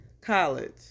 college